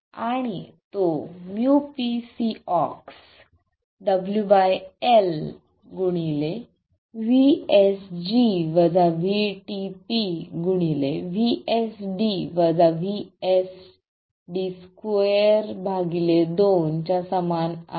आणि तो µpCoxWL VSD VSD 2 2 च्या समान आहे